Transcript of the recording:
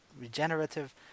regenerative